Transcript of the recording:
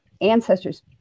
ancestors